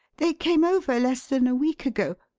they came over less than a week ago.